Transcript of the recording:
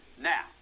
now